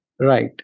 right